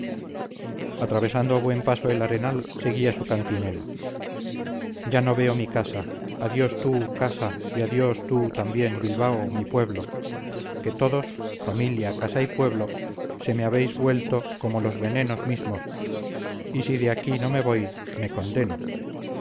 atravesando a buen paso el arenal seguía su cantinela ya no veo mi casa adiós tú casa y adiós tú también bilbao mi pueblo que todos familia casa y pueblo se me habéis vuelto como los venenos mismos y si de aquí no me voy me condeno